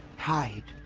hide!